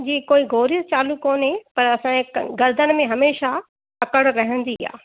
जी कोई गोरियूं चालू कोने पर असांजे कन गर्दन में हमेशह अकड़ रहिंदी आहे